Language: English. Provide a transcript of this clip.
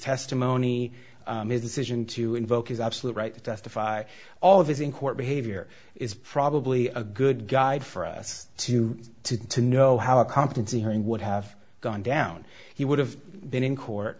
testimony his decision to invoke his absolute right to testify all of his in court behavior is probably a good guide for us to to to know how a competency hearing would have gone down he would have been in court